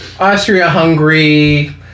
Austria-Hungary